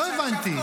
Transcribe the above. לא הבנתי.